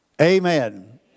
Amen